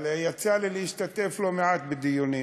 אבל יצא לי להשתתף לא מעט בדיונים,